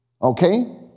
Okay